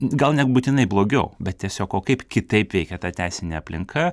gal nebūtinai blogiau bet tiesiog o kaip kitaip veikia ta teisinė aplinka